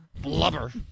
blubber